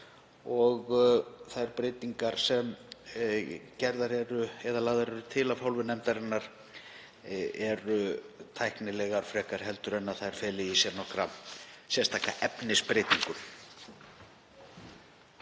Þær breytingar sem gerðar eru eða lagðar eru til af hálfu nefndarinnar eru tæknilegar frekar en að þær feli í sér nokkra sérstakra efnisbreytingu.